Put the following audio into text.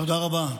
תודה רבה.